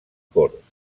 corts